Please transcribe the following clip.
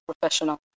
professional